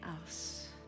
else